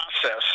process